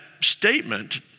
statement